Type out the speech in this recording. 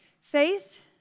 Faith